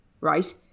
right